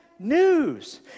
news